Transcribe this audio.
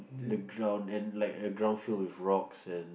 the ground and like the ground filled with rocks and